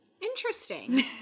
Interesting